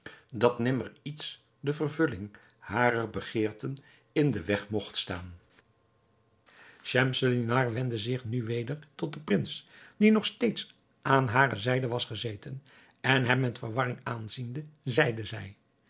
dat nimmer iets de vervulling harer begeerten in den weg mogt staan schemselnihar wendde zich nu weder tot den prins die nog steeds aan hare zijde was gezeten en hem met verwarring aanziende zeide zij